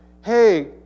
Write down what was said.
hey